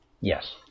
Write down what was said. Yes